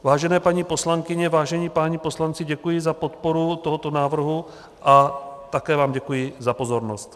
Vážené paní poslankyně, vážení páni poslanci, děkuji za podporu tohoto návrhu a také vám děkuji za pozornost.